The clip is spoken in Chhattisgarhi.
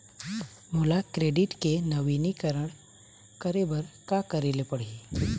मोला क्रेडिट के नवीनीकरण करे बर का करे ले पड़ही?